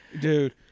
Dude